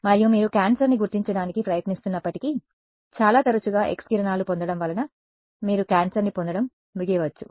మరియు మీరు క్యాన్సర్ని గుర్తించడానికి ప్రయత్నిస్తున్నప్పటికీ చాలా తరచుగా X కిరణాలు పొందడం వలన మీరు క్యాన్సర్ని పొందడం ముగియవచ్చు